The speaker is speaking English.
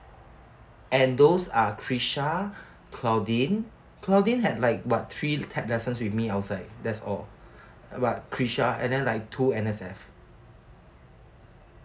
and those are kresha claudine claudine had like about three tap dances with me outside that's all but kresha and then like two N_S_F